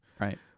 Right